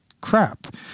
crap